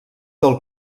del